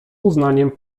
uznaniem